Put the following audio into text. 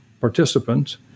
participants